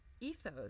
ethos